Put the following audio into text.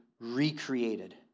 recreated